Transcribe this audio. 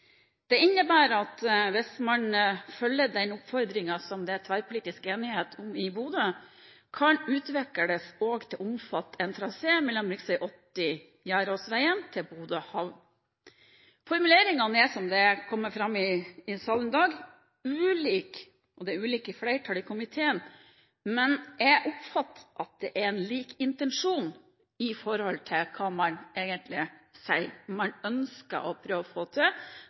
Det innebærer at hvis man følger den oppfordringen som det er tverrpolitisk enighet om i Bodø, kan dette utvikles til også å omfatte en trasé mellom rv. 80 Gjerdåsveien og Bodø havn. Formuleringene er, slik det er kommet fram i salen i dag, ulike. Det er også ulike flertall i komiteen, men jeg oppfatter at det er en lik intensjon når det gjelder hva man egentlig sier. Man ønsker å prøve å få til